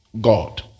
God